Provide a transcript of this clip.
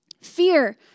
Fear